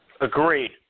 Agreed